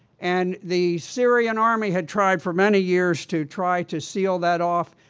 and the syrian army had tried for many years to try to seal that off.